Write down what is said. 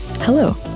Hello